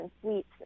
sweets